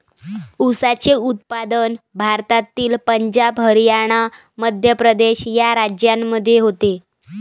ऊसाचे उत्पादन भारतातील पंजाब हरियाणा मध्य प्रदेश या राज्यांमध्ये होते